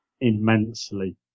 immensely